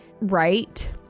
right